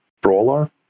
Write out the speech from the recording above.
brawler